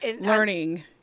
learning